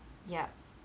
yup